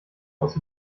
aus